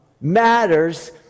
matters